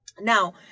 now